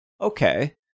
Okay